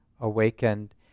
awakened